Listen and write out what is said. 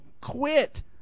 quit